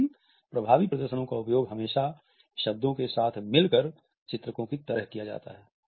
लेकिन प्रभावी प्रदर्शनो का उपयोग हमेशा शब्दों के साथ मिलकर चित्रको की तरह किया जाता है